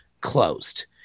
closed